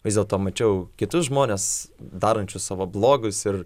vis dėlto mačiau kitus žmones darančius savo blogus ir